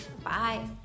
Bye